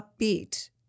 upbeat